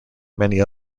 many